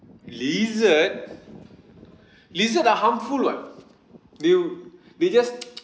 lizard lizard are harmful [what] they'll they just